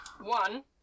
One